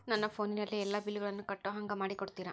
ನನ್ನ ಫೋನಿನಲ್ಲೇ ಎಲ್ಲಾ ಬಿಲ್ಲುಗಳನ್ನೂ ಕಟ್ಟೋ ಹಂಗ ಮಾಡಿಕೊಡ್ತೇರಾ?